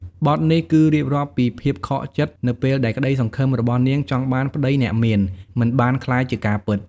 បទនេះគឺរៀបរាប់ពីភាពខកចិត្តនៅពេលដែលក្តីសង្ឃឹមរបស់នាងចង់បានប្តីអ្នកមាន មិនបានក្លាយជាការពិត។